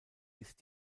ist